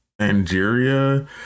Angeria